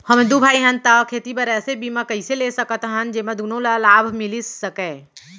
हमन दू भाई हन ता खेती बर ऐसे बीमा कइसे ले सकत हन जेमा दूनो ला लाभ मिलिस सकए?